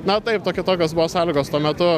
na taip to kitokios buvo sąlygos tuo metu